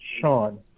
Sean